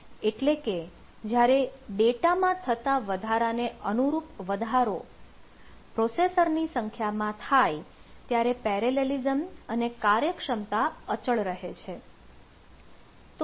એટલે કે જ્યારે ડેટામાં થતાં વધારાને અનુરૂપ વધારો પ્રોસેસરની સંખ્યામાં થાય ત્યારે પેરેલેલિસમ અને કાર્યક્ષમતા અચળ રહે છે